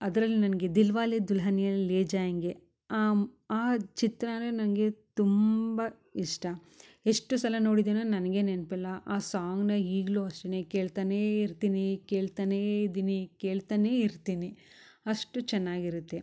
ಅದ್ರಲ್ಲಿ ನನಗೆ ದಿಲ್ ವಾಲೆ ದುಲ್ಹನಿಯ ಲೇ ಜಾಯೆಂಗೆ ಆಮ್ ಆ ಚಿತ್ರನು ನನಗೆ ತುಂಬಾ ಇಷ್ಟ ಎಷ್ಟು ಸಲ ನೊಡಿದೆನೊ ನನಗೆ ನೆನಪಿಲ್ಲ ಆ ಸಾಂಗ್ನ ಈಗಲು ಅಷ್ಟೆನೆ ಕೇಳ್ತಾನೇ ಇರ್ತೀನಿ ಕೇಳ್ತಾನೇ ಇದ್ದೀನಿ ಕೇಳ್ತಾನೇ ಇರ್ತೀನಿ ಅಷ್ಟು ಚೆನ್ನಾಗಿರುತ್ತೆ